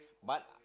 but